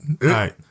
right